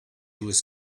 was